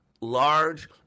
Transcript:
large